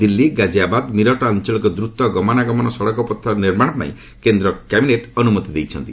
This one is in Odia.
ଦିଲ୍ଲୀ ଗାଜିଆବାଦ ମିରଟ ଆଞ୍ଚଳିକ ଦୂତ ଗମନାଗମନ ସଡ଼କ ପଥ ନିର୍ମାଣ ପାଇଁ କେନ୍ଦ୍ର କ୍ୟାବିନେଟ୍ ଅନୁମତି ପ୍ରଦାନ କରିଛନ୍ତି